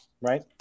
right